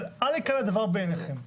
אבל אל יקל הדבר בעיניכם.